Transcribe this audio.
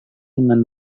dengan